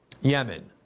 Yemen